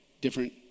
different